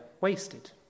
wasted